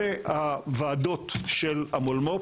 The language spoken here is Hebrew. ואותה ועדה גם עוסקת בקשרי מחקר ופיתוח בין-לאומיים,